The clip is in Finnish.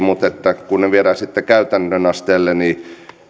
mutta kun ne viedään sitten käytännön asteelle niin